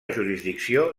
jurisdicció